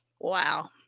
Wow